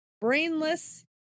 brainless